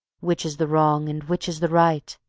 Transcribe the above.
which is the wrong and which is the right?